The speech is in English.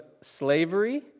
slavery